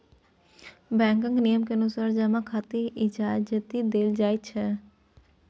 बैंकक नियम केर अनुसार जमा खाताकेँ इजाजति देल जाइत छै